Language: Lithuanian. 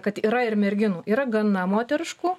kad yra ir merginų yra gana moteriškų